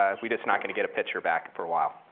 um we just not gonna get a picture back for awhile.